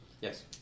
yes